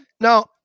Now